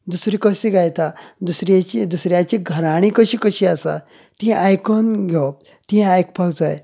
दुसरें कशें गायता दुसऱ्यांची दुसऱ्यांची घरांणी कशीं कशीं आसात ती आयकून घेवप ती आयकपाक जाय